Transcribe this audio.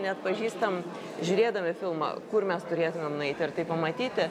neatpažįstam žiūrėdami filmą kur mes turėtumėm nueiti ir tai pamatyti